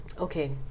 Okay